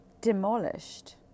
demolished